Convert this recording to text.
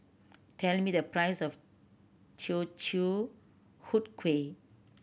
tell me the price of Teochew Huat Kuih